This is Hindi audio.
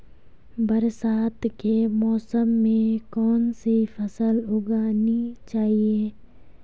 बरसात के मौसम में कौन सी फसल उगानी चाहिए?